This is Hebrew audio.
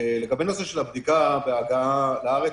לגבי נושא של הבדיקה בהגעה לארץ,